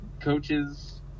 coaches